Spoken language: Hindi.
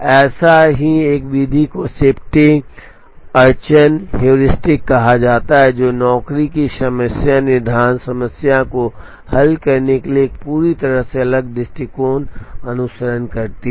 ऐसी ही एक विधि को शिफ्टिंग अड़चन हेयुरिस्टिक कहा जाता है जो नौकरी की समय निर्धारण समस्या को हल करने के लिए एक पूरी तरह से अलग दृष्टिकोण का अनुसरण करती है